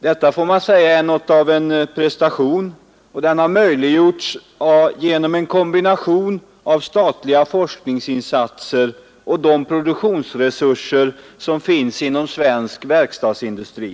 Detta, får man säga, är något av en prestation, och den har möjliggjorts genom en kombination av statliga forskningsinsatser Nr 82 och de produktionsresurser som finns inom svensk verkstadsindustri.